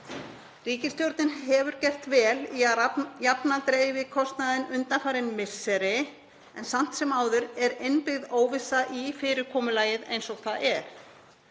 Ríkisstjórnin hefur gert vel í að jafna dreifikostnaðinn undanfarin misseri en samt sem áður er innbyggð óvissa í fyrirkomulagið eins og það er.